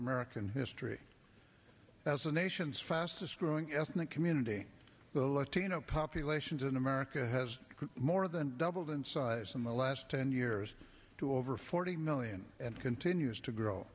american history as a nation's fastest growing ethnic community the latino populations in america has more than doubled in size in the last ten years to over forty million and continues to grow